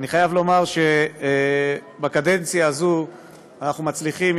אני חייב לומר שבקדנציה הזאת אנחנו מצליחים,